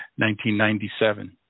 1997